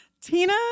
Tina